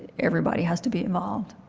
everybody has to be involved.